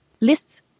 Lists